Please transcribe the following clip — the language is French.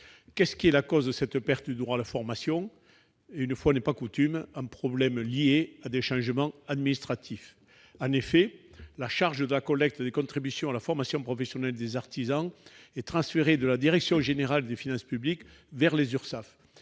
Quelle est la cause de cette perte du droit à la formation ? Une fois n'est pas coutume, il s'agit d'un problème lié à des changements administratifs ! En effet, la charge de la collecte des contributions à la formation professionnelle des artisans est transférée de la direction générale des finances publiques vers les Urssaf.